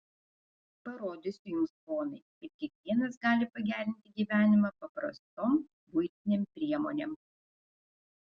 parodysiu jums ponai kaip kiekvienas gali pagerinti gyvenimą paprastom buitinėm priemonėm